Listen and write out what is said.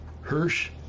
Hirsch